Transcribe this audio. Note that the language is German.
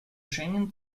schengen